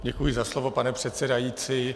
Děkuji za slovo, pane předsedající.